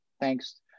thanks